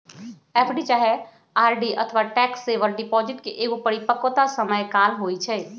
FD चाहे RD अथवा tax saver deposit के एगो परिपक्वता समय काल होइ छइ